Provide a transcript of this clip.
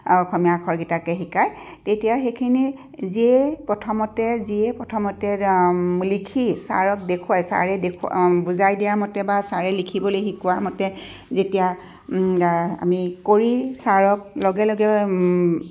অসমীয়া আখৰকেইটাকে শিকাই তেতিয়া সেইখিনি যিয়েই প্ৰথমতে যিয়ে প্ৰথমতে লিখি ছাৰক দেখুৱাই ছাৰে দেখুৱাই বুজাই দিয়া মতে বা ছাৰে লিখিবলৈ শিকাই দিয়া মতে যেতিয়া আমি কৰি ছাৰক লগে লগে